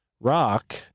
rock